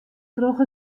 troch